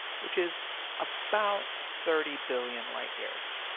which is about thirty billion light-years.